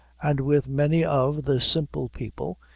and with many of the simple people,